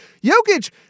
Jokic